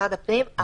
משרד הפנים.